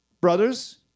brothers